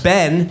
Ben